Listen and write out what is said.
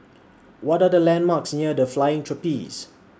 What Are The landmarks near The Flying Trapeze